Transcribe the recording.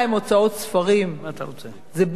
זה בלתי נסבל ממש.